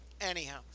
anyhow